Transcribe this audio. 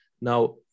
Now